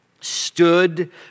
stood